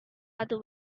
other